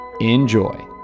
enjoy